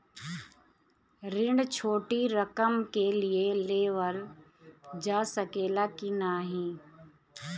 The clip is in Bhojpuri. ऋण छोटी रकम के लिए लेवल जा सकेला की नाहीं?